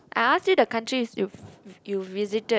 I ask you the countries you you've visited